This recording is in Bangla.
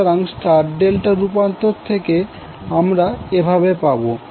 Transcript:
সুতরাং স্টার ডেল্টা রূপান্তর থেকে আমরা এভাবে পাবো